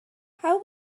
how